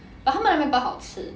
but 他们的面包好吃